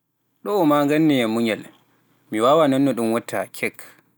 Ɗo'o maa ngannee yam munyal mi waawaa non no ɗum watta cake